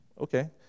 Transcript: Okay